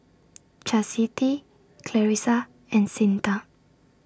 Chasity Clarissa and Cyntha